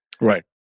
Right